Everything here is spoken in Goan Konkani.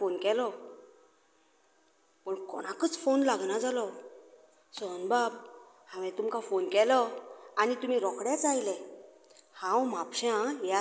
हांवे आतांच तुमकां एक प्लेट पनीर मसाला एक प्लेट बटर चिकन एक प्लेट चिकन नुडल्स आनी पांच चपातिची ऑर्डर दिल्ली